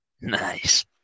nice